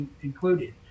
included